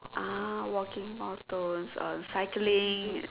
ah walking milestone uh cycling